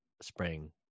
spring